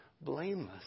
blameless